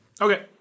Okay